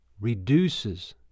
reduces